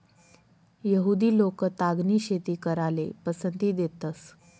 यहुदि लोक तागनी शेती कराले पसंती देतंस